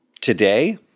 today